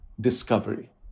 discovery